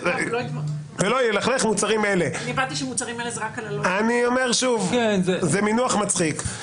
שוב, זה מינוח מצחיק.